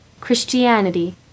christianity